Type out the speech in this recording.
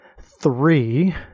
three